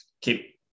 keep